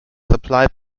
supplied